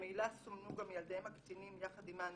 וממילא סומנו גם ילדיהם הקטינים יחד עימנו,